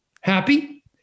happy